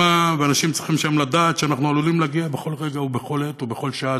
האנשים שם צריכים לדעת שאנחנו עלולים להגיע בכל רגע ובכל עת ובכל שעה.